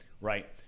Right